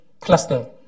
cluster